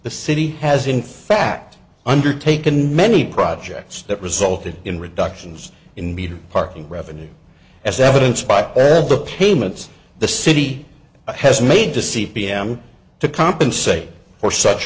the city has in fact undertaken many projects that resulted in reductions in metered parking revenue as evidenced by the payments the city has made to c p m to compensate for such